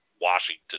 Washington